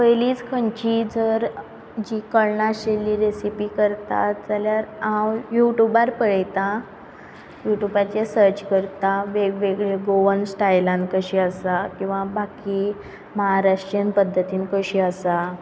पयलींच खंयची जर जी कळना आशिल्ली रेसीपी करतात जाल्यार हांव यूट्यूबार पळयतां यूट्यूबाचेर सर्च करता वेगवेगळ्यो गोवन स्टायलान कशी आसा वा बाकी महाराष्ट्रीयन पद्दतीन कशी आसा